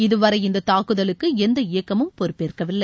இதுவரை இந்த தாக்குதலுக்கு எந்த இயக்கமும் பொறுப்பேற்கவில்லை